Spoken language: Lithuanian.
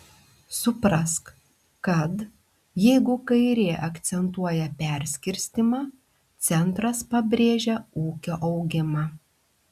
suprask kad jeigu kairė akcentuoja perskirstymą centras pabrėžia ūkio augimą